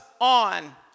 on